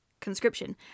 conscription